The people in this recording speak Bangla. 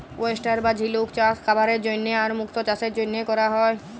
ওয়েস্টার বা ঝিলুক চাস খাবারের জন্হে আর মুক্ত চাসের জনহে ক্যরা হ্যয়ে